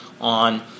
on